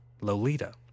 Lolita